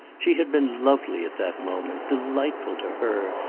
she had been lovely at that moment, delightful to her,